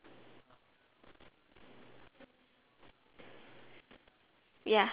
no mine is thursday shop late shop eh no thursday late night shop